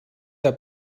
der